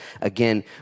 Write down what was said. again